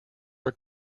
are